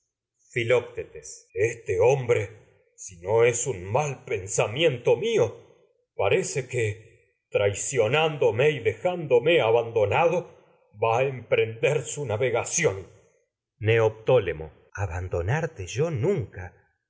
este hombre si no es un mal pensatragedias de sófocles miento mío parece va que traicionándome su y dejándome abandonado a emprender navegación yo nunca